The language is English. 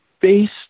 based